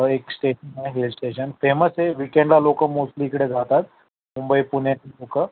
एक स्टेशन आहे hill station famous आहे विकएंडला लोक मोस्टली इकडे जातात मुंबई पुण्याची लोक